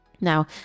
Now